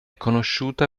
conosciuta